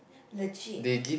legit